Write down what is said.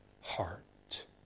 heart